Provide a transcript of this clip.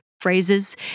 phrases